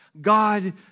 God